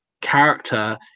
character